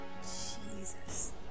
Jesus